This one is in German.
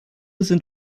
sind